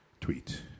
Tweet